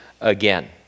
again